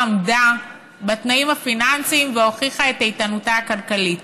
עמדה בתנאים הפיננסיים והוכיחה את איתנותה הכלכלית.